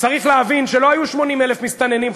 צריך להבין שלא היו 80,000 מסתננים,